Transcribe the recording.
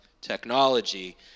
technology